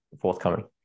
forthcoming